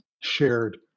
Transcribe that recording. shared